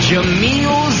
Jameel